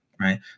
Right